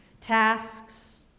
tasks